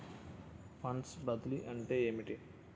Funds బదిలీ అంటే ఏమిటి?